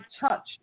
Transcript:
touch